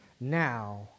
Now